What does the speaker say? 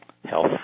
health